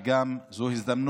וזו גם הזדמנות